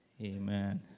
Amen